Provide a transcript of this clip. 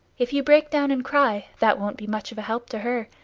if you break down and cry, that won't be much of a help to her,